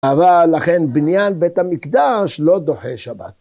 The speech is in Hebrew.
אבל אכן בניין בית המקדש לא דוחה שבת.